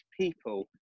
people